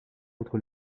autres